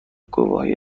گواهی